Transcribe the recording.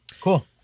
cool